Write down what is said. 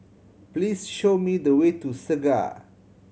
please show me the way to Segar